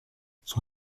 son